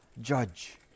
judge